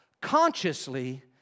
consciously